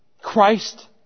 Christ